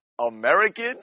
American